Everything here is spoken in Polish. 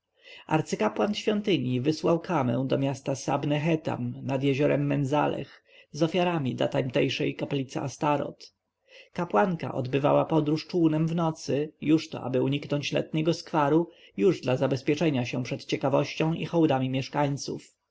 arcykapłan świątyni wysłał kamę do miasta sabne-chetam nad jeziorem menzaleh z ofiarami dla tamtejszej kaplicy astoreth kapłanka odbywała podróż czółnem w nocy już to aby uniknąć letniego skwaru już dla zabezpieczenia się przed ciekawością i hołdami mieszkańców